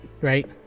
Right